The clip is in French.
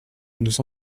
nous